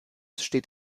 steht